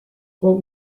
what